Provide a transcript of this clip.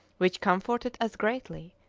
which comforted us greatly,